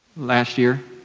last year,